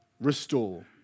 restore